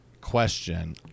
question